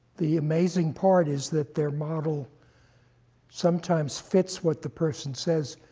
the amazing part is that their model sometimes fits what the person says.